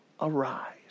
arise